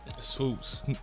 Swoops